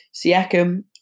Siakam